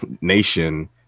nation